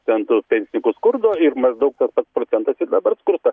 ten tų pensininkų skurdo ir maždaug tas pats procentas ir dabar skursta